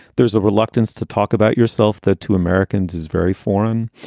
there's a reluctance to talk about yourself. the two americans is very foreign.